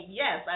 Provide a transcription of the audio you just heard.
yes